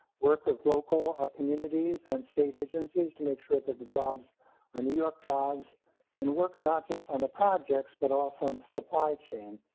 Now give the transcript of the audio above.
work with local ah communities and state agencies to make sure that the jobs are new york jobs and work not just on the projects, but also on the supply chain.